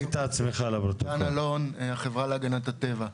דן אלון, החברה להגנת הטבע.